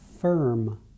firm